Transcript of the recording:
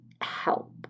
help